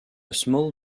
small